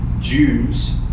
Jews